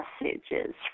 messages